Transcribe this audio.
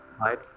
right